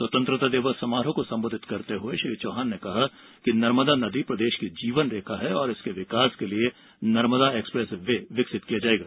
स्वतंत्रता दिवस समारोह को संबोधित करते हए श्री चौहान ने कहा कि नर्मदा नदी प्रदेश की जीवनरेखा है और इसके विकास के लिए नर्मदा एक्सप्रेस वे विकसित किया जाएगा